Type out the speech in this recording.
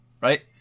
Right